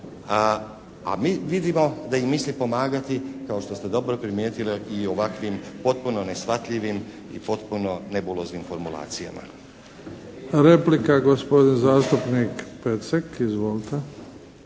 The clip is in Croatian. A mi vidimo da im misli pomagati kao što ste dobro primijetili i ovakvim potpuno neshvatljivim i potpuno nebuloznim formulacijama. **Bebić, Luka (HDZ)** Replika, gospodin zastupnik Pecek. Izvolite.